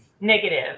negative